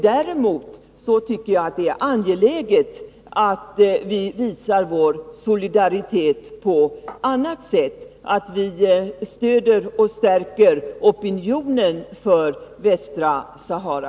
Däremot tycker jag att det är angeläget att vi visar vår solidaritet på andra sätt, att vi stöder och stärker opinionen för Västra Sahara.